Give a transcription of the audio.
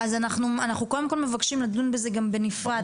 אז אנחנו קודם כל מבקשים לדון בזה גם בנפרד,